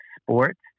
sports